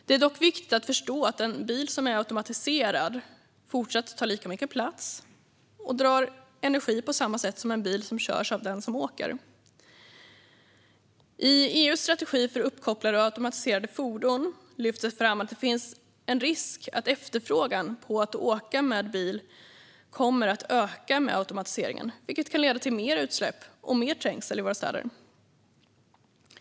Det är dock viktigt att förstå att en bil som är automatiserad fortfarande tar lika mycket plats och drar energi på samma sätt som en bil som körs av den som åker. I EU:s strategi för uppkopplade och automatiserade fordon lyfts det fram att det finns en risk att efterfrågan på att åka bil kommer att öka med automatiseringen, vilket kan leda till mer utsläpp och mer trängsel i våra städer.